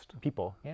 people